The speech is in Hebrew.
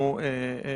אני